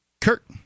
Kurt